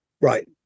right